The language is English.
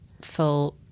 full